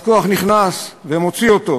כוח נכנס ומוציא אותו.